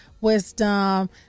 wisdom